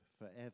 forever